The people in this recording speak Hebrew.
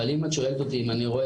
אבל אם את שואלת אותי אם אני רואה